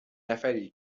نفریه